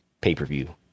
pay-per-view